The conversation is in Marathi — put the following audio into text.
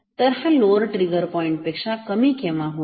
तर हा लोअर ट्रिगर पॉईंट पेक्षा कमी केव्हा होईल